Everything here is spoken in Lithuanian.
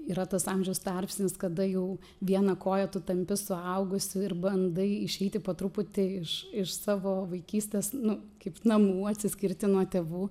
yra tas amžiaus tarpsnis kada jau viena koja tu tampi suaugusiu ir bandai išeiti po truputį iš iš savo vaikystės nu kaip namų atsiskirti nuo tėvų